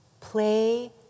play